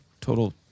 total